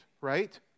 Right